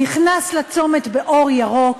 נכנס לצומת באור ירוק